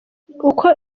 uko